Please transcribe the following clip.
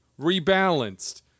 rebalanced